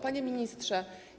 Panie Ministrze!